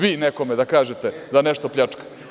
Vi nekome da kažete da nešto pljačka!